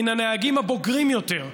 מן הנהגים הבוגרים יותר,